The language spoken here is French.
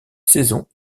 saisons